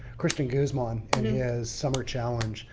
christian guzman and he has summer challenge.